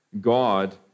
God